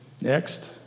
Next